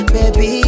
Baby